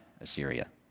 Assyria